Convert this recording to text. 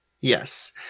Yes